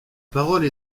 parole